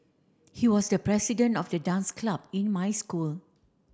he was the president of the dance club in my school